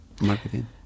marketing